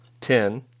ten